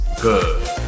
good